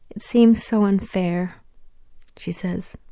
it seems so unfair she says,